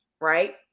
right